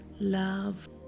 love